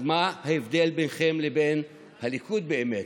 אז מה ההבדל בינכם לבין הליכוד, באמת?